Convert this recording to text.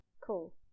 cool